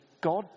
God